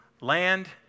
land